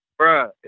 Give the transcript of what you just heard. bruh